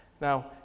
Now